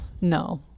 No